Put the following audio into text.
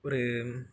ஒரு